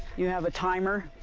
you have a timer.